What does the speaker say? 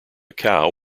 cow